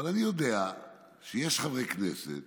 אבל אני יודע שיש חברי כנסת